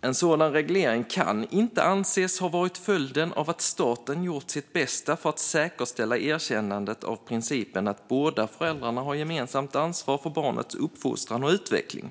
En sådan reglering kan inte anses ha varit följden av att staten gjorts sitt bästa för att säkerställa erkännandet av principen att båda föräldrarna har gemensamt ansvar för barnets uppfostran och utveckling.